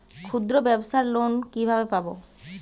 ক্ষুদ্রব্যাবসার লোন কিভাবে পাব?